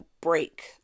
break